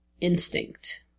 instinct